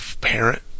parent